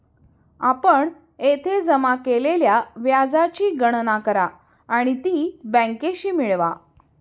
आपण येथे जमा केलेल्या व्याजाची गणना करा आणि ती बँकेशी मिळवा